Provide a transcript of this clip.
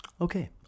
Okay